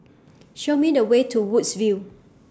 Show Me The Way to Woodsville